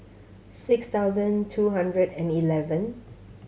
six thousand two hundred and eleven